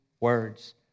words